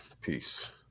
Peace